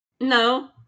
No